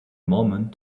moment